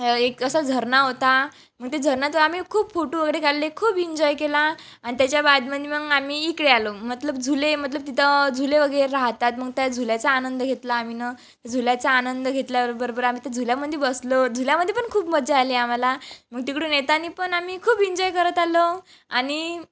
एक असा झरना होता मग ते झरन्यात आम्ही खूप फूटो वगैरे काढले खूप इंजॉय केला आणि त्याच्या बादमंदी मग आम्ही इकडे आलो मतलब झुले मतलब तिथं झुले वगेरे राहतात मग त्या झुल्याचा आनंद घेतला आम्ही झुल्याचा आनंद घेतल्याबरोबर आम्ही त्या झुल्यामध्ये बसलो झुल्यामधे पण खूप मजा आली आम्हाला मग तिकडून येताना पण आम्ही खूप इंजॉय करत आलो आणि